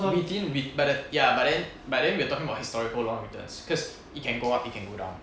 within we but the ya but then but then we are talking about historical long returns cause it can go up it can go down